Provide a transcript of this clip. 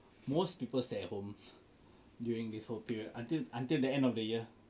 most people stay at home during this whole period until until the end of the year